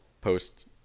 posts